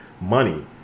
money